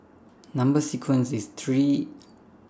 Number sequences IS three